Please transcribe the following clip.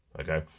Okay